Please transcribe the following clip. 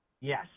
Yes